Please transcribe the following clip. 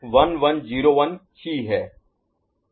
1101 ही है